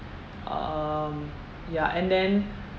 um ya and then